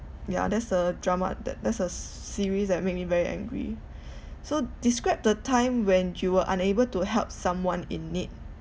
ya that's the drama tha~ that's the se~ series that make me very angry so describe the time when you were unable to help someone in need